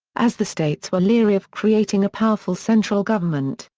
as the states were leery of creating a powerful central government,